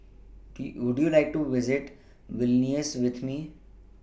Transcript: D Would YOU like to visit Vilnius with Me